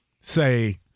say